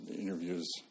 interviews